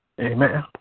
Amen